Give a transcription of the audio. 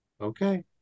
Okay